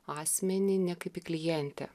asmenį ne kaip į klientę